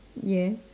yes